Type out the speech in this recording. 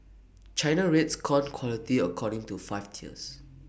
China rates corn quality according to five tears